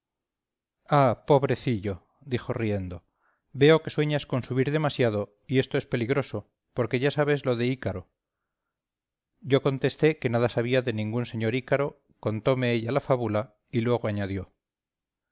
ah pobrecillo dijo riendo veo que sueñas con subir demasiado y esto es peligroso porque ya sabes lo de ícaro yo contesté que nada sabía de ningún señor ícaro contome ella la fábula y luego añadió